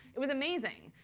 it was amazing.